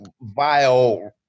vile